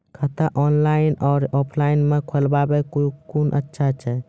खाता ऑनलाइन और ऑफलाइन म खोलवाय कुन अच्छा छै?